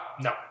no